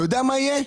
אתה יודע מה יהיה?